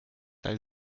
weil